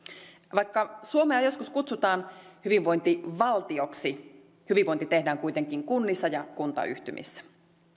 vaikka suomea joskus kutsutaan hyvinvointivaltioksi hyvinvointi tehdään kuitenkin kunnissa ja kuntayhtymissä